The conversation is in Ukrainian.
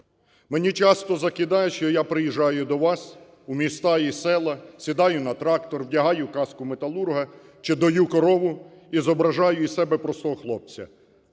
Мені часто закидають, що я приїжджаю до вас у міста і села, сідаю на трактор, вдягаю каску металурга, чи дою корову, ізображаю із себе простого хлопця.